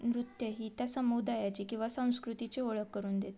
नृत्य ही त्या समुदायाची किंवा संस्कृतीचे ओळख करून देते